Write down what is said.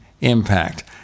impact